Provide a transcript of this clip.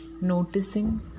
noticing